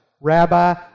Rabbi